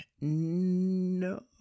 no